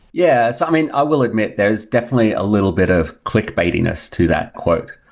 yeah. so i mean, i will admit there is definitely a little bit of clickbaitiness to that quote.